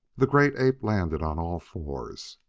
the great ape landed on all fours.